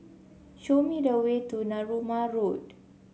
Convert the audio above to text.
show me the way to Narooma Road